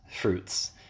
fruits